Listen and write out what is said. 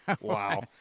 Wow